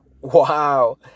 Wow